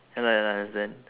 ya lah ya lah understand